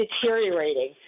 deteriorating